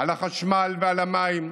על החשמל, על המים,